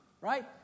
Right